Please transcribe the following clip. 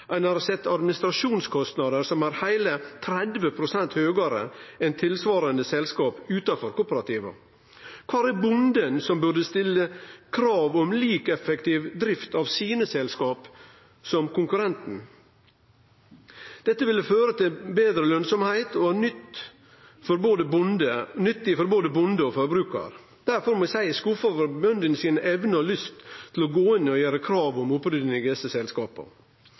Ein har sett administrasjonskostnadar som er heile 30 pst. høgare enn for tilsvarande selskap utanfor kooperativa. Kvar er bonden som burde stille krav om like effektiv drift av sine selskap, som konkurrenten? Det ville føre til betre lønsemd, og det ville vere nyttig for både bonde og forbrukar. Derfor må eg seie at eg er skuffa over bøndene si evne og lyst til å gå inn og gjere krav om opprydding i desse selskapa.